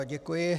Děkuji.